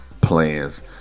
Plans